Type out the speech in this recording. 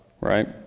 right